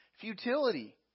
Futility